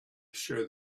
show